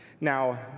Now